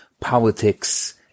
politics